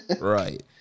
Right